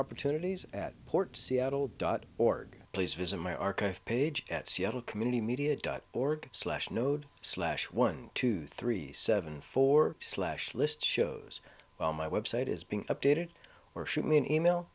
opportunities at port seattle dot org please visit my archive page at seattle community media dot org slash node slash one two three seven four slash list shows on my website is being updated or shoot me an email